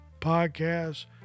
Podcasts